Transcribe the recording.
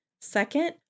Second